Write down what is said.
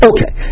Okay